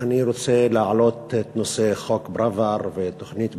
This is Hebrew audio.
אני רוצה להעלות את נושא חוק פראוור ותוכנית פראוור,